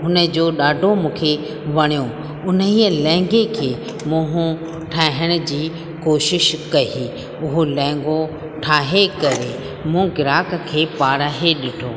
हुन जो ॾाढो मूंखे वणियो उन ई लहंगे खे मूं ठाहिण जी कोशिश कई उहो लहंगो ठाहे करे मूं ग्राहक खे पाराए ॾिठो